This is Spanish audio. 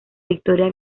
victoria